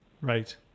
Right